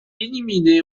éliminée